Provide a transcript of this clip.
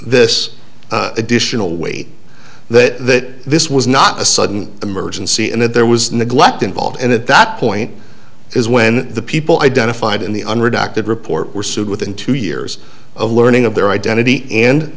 this additional weight that this was not a sudden emergency and that there was neglect involved and at that point is when the people identified in the unredacted report were sued within two years of learning of their identity